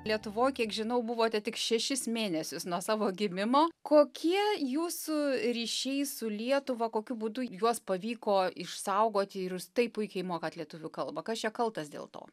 lietuvoj kiek žinau buvote tik šešis mėnesius nuo savo gimimo kokie jūsų ryšiai su lietuva kokiu būdu juos pavyko išsaugoti ir jūs taip puikiai mokat lietuvių kalbą kas čia kaltas dėl to